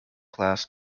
class